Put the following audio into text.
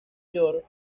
york